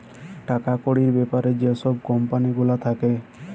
টাকা কড়ির ব্যাপারে যে ছব কম্পালি গুলা থ্যাকে